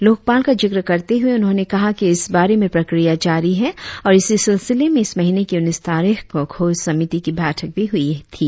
लोकपाल का जिक्र करते हुए उन्होंने कहा कि इस बारे में प्रक्रिया जारी है और इसी सिलसिले में इस महिने की उन्नीस तारीख को खोज समिति की बैठक भी हुई थी